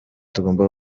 tugomba